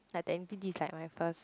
ah then this is like my first